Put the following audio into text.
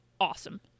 awesome